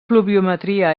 pluviometria